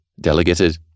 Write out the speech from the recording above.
delegated